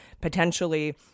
potentially